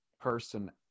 person